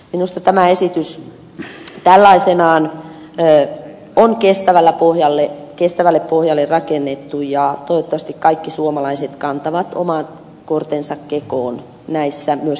minusta tämä esitys tällaisenaan on kestävälle pohjalle rakennettu ja toivottavasti kaikki suomalaiset kantavat oman kortensa kekoon myöskin näissä vesiensuojeluasioissa